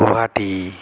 Guwahati